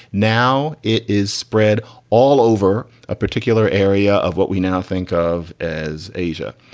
now it is spread all over a particular area of what we now think of as asia.